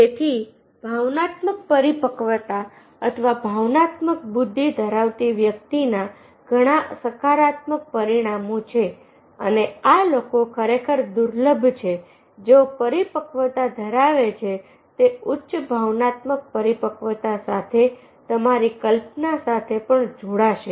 તેથી ભાવનાત્મક પરિપક્વતા અથવા ભાવનાત્મક બુદ્ધિ ધરાવતી વ્યક્તિના ઘણા સકારાત્મક પરિણામો છે અને આ લોકો ખરેખર દુર્લભ છે જેઓ પરિપક્વતા ધરાવે છે તે ઉચ્ચ ભાવનાત્મક પરિપક્વતા સાથે તમારી કલ્પના સાથે પણ જોડાશે